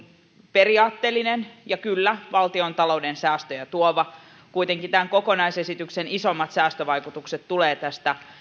periaatteellinen ja kyllä valtiontalouden säästöjä tuova kuitenkin tämän kokonaisesityksen isommat säästövaikutukset tulevat tästä